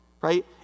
Right